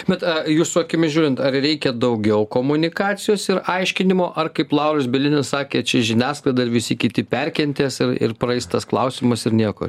bet jūsų akimis žiūrint ar reikia daugiau komunikacijos ir aiškinimo ar kaip lauras bielinis sakė žiniasklaida ir visi kiti perkentės ir praeis tas klausimas ir nieko